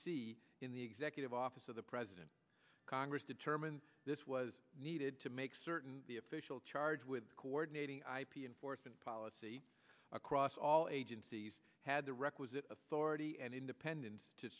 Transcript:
c in the executive office of the president congress determined this was needed to make certain the official charged with coordinating ip enforcement policy across all agencies had the requisite authority and independence to